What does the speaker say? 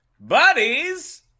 Buddies